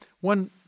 One